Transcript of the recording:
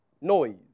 noise